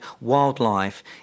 wildlife